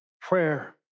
Prayer